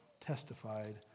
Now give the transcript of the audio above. testified